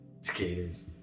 Skaters